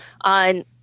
on